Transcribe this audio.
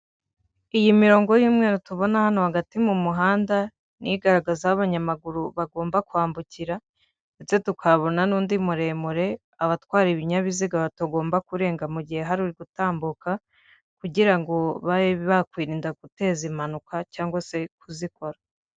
Iyi mirongo y'umweru tubona hano hagati mu muhanda ni igaragaza aho abanyamaguru bagomba kwambukira. Ndetse tukahabona n'undi muremure abatwara ibinyabiziga batagomba kurenga mu gihe hari uri gutambuka kugira ngo babe bakwirinda guteza impanuka cyangwa se kuzikora.